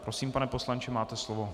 Prosím, pane poslanče, máte slovo.